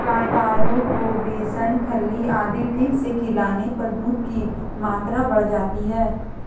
गायों को बेसन खल्ली आदि ठीक से खिलाने पर दूध की मात्रा बढ़ जाती है